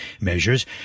measures